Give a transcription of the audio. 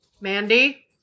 Mandy